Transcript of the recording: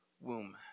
womb